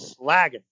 slagging